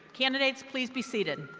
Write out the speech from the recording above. candidates, please be seated.